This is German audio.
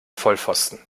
vollpfosten